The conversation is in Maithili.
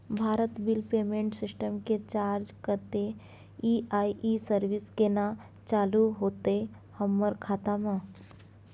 भारत बिल पेमेंट सिस्टम के चार्ज कत्ते इ आ इ सर्विस केना चालू होतै हमर खाता म?